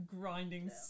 grinding